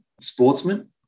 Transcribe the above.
sportsman